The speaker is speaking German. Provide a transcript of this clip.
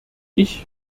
ich